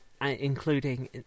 Including